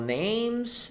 names